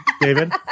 David